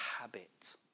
habit